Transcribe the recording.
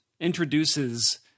introduces